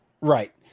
right